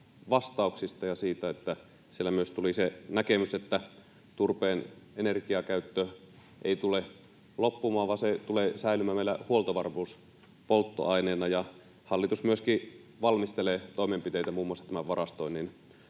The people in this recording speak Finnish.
vastauksista ja siitä, että siellä myös tuli se näkemys, että turpeen energiakäyttö ei tule loppumaan, vaan se tulee säilymään meillä huoltovarmuuspolttoaineena, ja hallitus myöskin valmistelee toimenpiteitä muun muassa tämän varastoinnin